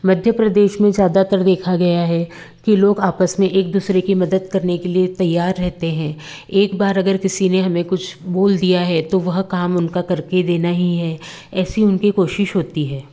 मध्य प्रदेश में ज़्यादातर देखा गया है कि लोग आपस में एक दूसरे की मदद करने के लिए तैयार रहते हैं एक बार अगर किसी ने हमें कुछ बोल दिया है तो वह काम उनका करके देना ही है ऐसी उनके कोशिश होती है